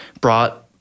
brought